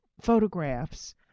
photographs